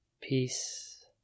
Peace